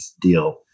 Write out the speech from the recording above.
deal